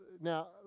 Now